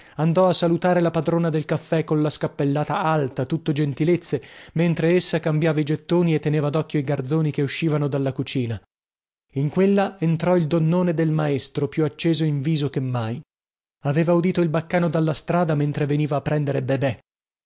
andò a salutare la padrona del caffè colla scappellata alta tutto gentilezze mentre essa cambiava i gettoni e teneva docchio i garzoni che uscivano dalla cucina in quella entrò il donnone del maestro più accesa in viso che mai aveva udito il baccano dalla strada mentre veniva a prendere bebè